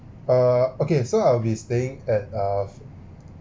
uh okay so I'll be staying at uh